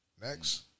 Next